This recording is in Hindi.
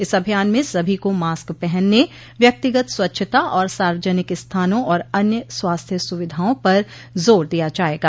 इस अभियान में सभी को मास्क पहनने व्यक्तिगत स्वच्छता और सार्वजनिक स्थानों और अन्य स्वास्थ्य सुविधाओं पर जोर दिया जाएगा